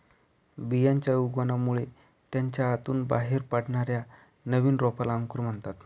बियांच्या उगवणामुळे त्याच्या आतून बाहेर पडणाऱ्या नवीन रोपाला अंकुर म्हणतात